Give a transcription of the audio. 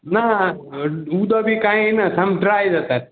ना उदो बी कांय ना साम ड्राय जातात